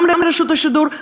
גם לרשות השידור,